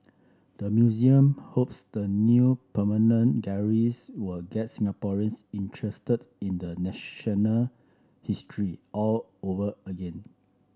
the museum hopes the new permanent galleries will get Singaporeans interested in the national history all over again